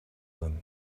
them